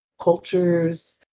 cultures